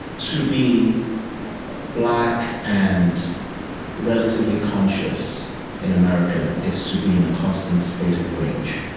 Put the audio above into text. to be black and relatively conscious in america is to be in a constant state of rage.